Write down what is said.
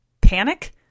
Panic